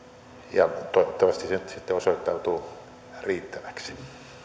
ja toivottavasti se nyt sitten osoittautuu riittäväksi